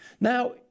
Now